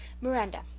Miranda